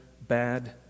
bad